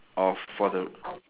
off for the